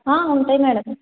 ఉంటాయి మేడం